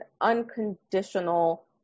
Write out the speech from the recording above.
unconditional